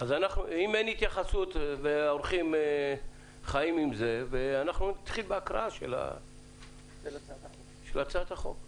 אם אין התייחסות והאורחים חיים עם זה אנחנו נתחיל בהקראה של הצעת החוק.